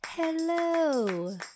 hello